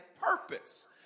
purpose